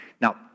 Now